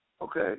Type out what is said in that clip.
okay